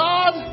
God